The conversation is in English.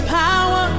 power